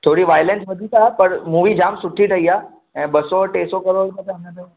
थोरी वाइलंट वधीक आहे पर मूवी जाम सुठी ठही आहे ऐं ॿ सौ टे सौ करोड़ रुपिया त हुन जो